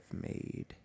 made